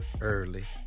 Early